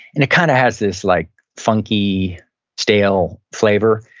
and it kinda has this like funky stale flavor.